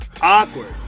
Awkward